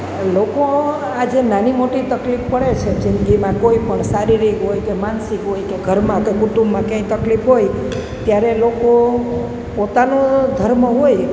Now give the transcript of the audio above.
લોકો આજે નાની મોટી તકલીફ પળે છે જિંદગીમાં કોઈપણ શારીરિક હોય કે માનસિક હોય કે ઘરમાં કે કુટુંબમાં કે ક્યાંય તકલીફ હોય ત્યારે લોકો પોતાનો ધર્મ હોય